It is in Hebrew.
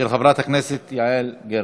של חברת הכנסת יעל גרמן.